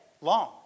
long